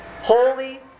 holy